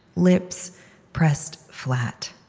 lips pressed flat.